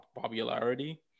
popularity